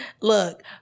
look